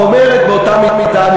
אין קטע רציני אתך.